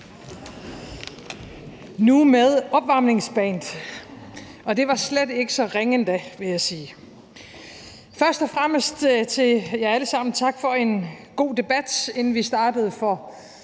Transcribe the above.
Nu med opvarmningsband, og det var slet ikke så ringe endda, vil jeg sige. Først og fremmest vil jeg sige til jer alle sammen: Tak for en god debat. Inden vi startede for